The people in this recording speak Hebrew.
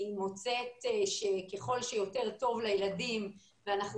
אני מוצאת שככל שיותר טוב לילדים וכשאנחנו